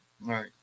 right